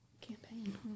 Campaign